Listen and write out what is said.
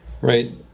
Right